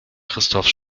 christoph